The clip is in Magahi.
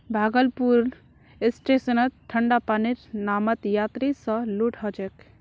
भागलपुर स्टेशनत ठंडा पानीर नामत यात्रि स लूट ह छेक